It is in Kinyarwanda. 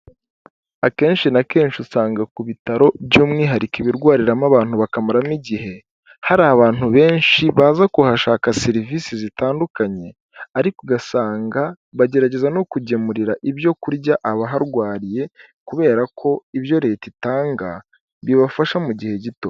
Akenshi na kenshi usanga ku bitaro by'umwihariko ibirwariramo abantu bakamaramo igihe, hari abantu benshi baza kuhashaka serivisi zitandukanye ariko ugasanga bagerageza no kugemurira ibyo kurya abaharwariye, kubera ko ibyo leta itanga bibafasha mu gihe gito.